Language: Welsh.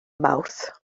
mawrth